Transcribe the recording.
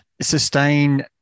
sustain